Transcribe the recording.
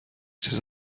چیز